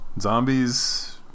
Zombies